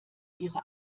ihre